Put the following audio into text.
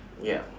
ya correct